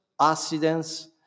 accidents